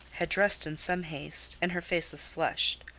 had dressed in some haste, and her face was flushed.